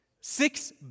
Six